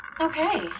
Okay